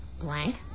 blank